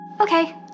Okay